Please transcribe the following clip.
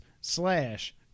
slash